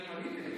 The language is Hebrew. אני פניתי אליהם.